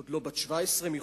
עוד לא בת 17 מחולון,